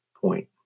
point